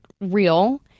real